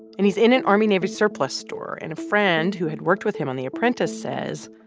and he's in an army navy surplus store. and a friend who had worked with him on the apprentice says,